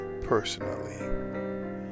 personally